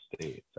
States